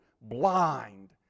blind